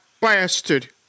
bastard